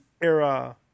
era